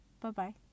Bye-bye